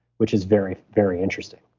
which is very, very interesting